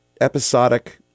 episodic